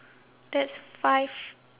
that's five